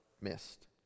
missed